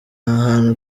ahantu